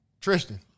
Tristan